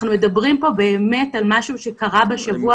אנחנו מדברים פה באמת על משהו שקרה בשבוע